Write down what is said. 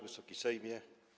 Wysoki Sejmie!